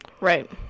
Right